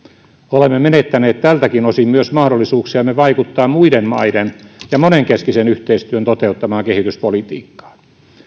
olemme menettäneet tältäkin osin myös mahdollisuuksiamme vaikuttaa muiden maiden ja monenkeskisen yhteistyön toteuttamaan kehityspolitiikkaan